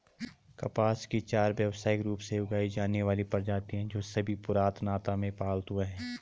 कपास की चार व्यावसायिक रूप से उगाई जाने वाली प्रजातियां हैं, जो सभी पुरातनता में पालतू हैं